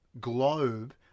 globe